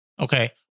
Okay